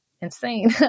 Insane